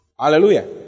hallelujah